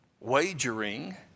wagering